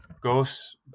goes